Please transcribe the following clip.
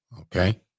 Okay